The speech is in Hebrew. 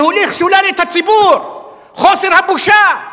להוליך שולל את הציבור, חוסר הבושה?